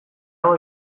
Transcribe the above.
hau